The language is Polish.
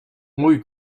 mój